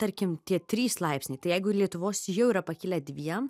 tarkim tie trys laipsnį tai jeigu lietuvos jau yra pakilę dviem